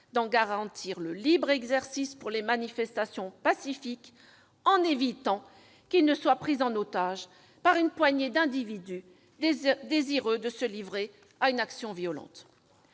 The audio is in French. d'en garantir le libre exercice par les manifestants pacifiques, en évitant qu'ils ne soient pris en otage par une poignée d'individus désireux de se livrer à une action violente.